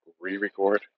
re-record